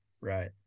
Right